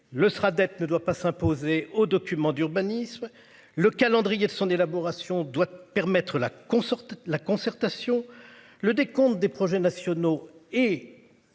sera être ne doit pas s'imposer aux documents d'urbanisme. Le calendrier de son élaboration doit permettre la. La concertation, le décompte des projets nationaux et.